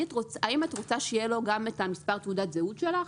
האם את רוצה שיהיה לו גם את מספר תעודת הזהות שלך?